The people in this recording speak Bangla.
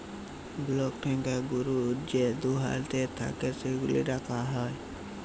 ব্লক ট্যাংকয়ে গরুর যে দুহুদ থ্যাকে সেগলা রাখা হ্যয়